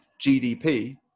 GDP